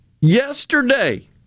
yesterday